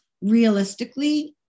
Realistically